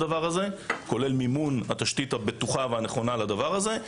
כולל מימון התשתית הבטוחה והנכונה לדבר הזה,